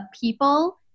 people